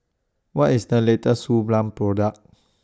What IS The latest Suu Balm Product